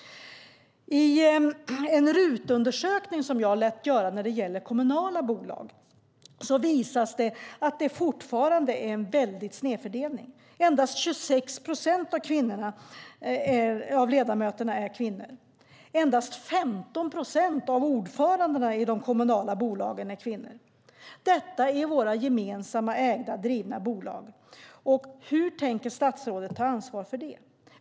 I en RUT-undersökning som jag lät göra när det gäller kommunala bolag visas det att det fortfarande är en väldig snedfördelning. Endast 26 procent av ledamöterna är kvinnor. Endast 15 procent av ordförandena i de kommunala bolagen är kvinnor - detta i våra gemensamt ägda och drivna bolag. Hur tänker statsrådet ta ansvar för det?